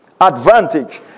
Advantage